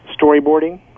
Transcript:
storyboarding